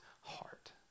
heart